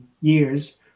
years